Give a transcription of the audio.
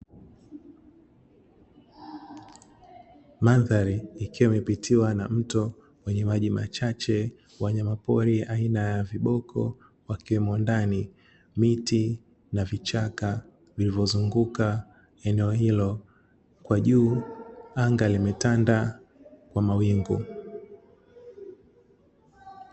Mandhari ikiwa imepitiwa na mto wenye maji machache wanyamapori aina ya viboko wakiwemo ndani, miti na vichaka nilivyozunguka eneo hilo kwa juu anga limetanda kwa mawingu.